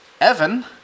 Evan